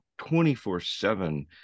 24-7